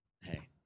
Hey